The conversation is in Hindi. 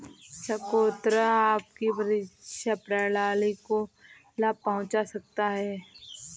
चकोतरा आपकी प्रतिरक्षा प्रणाली को लाभ पहुंचा सकता है